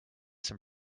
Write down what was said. some